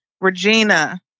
Regina